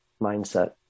mindset